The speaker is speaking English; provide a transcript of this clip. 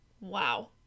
Wow